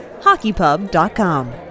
HockeyPub.com